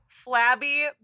flabby